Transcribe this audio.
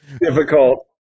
difficult